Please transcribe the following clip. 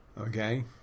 Okay